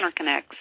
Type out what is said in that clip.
interconnects